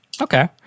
Okay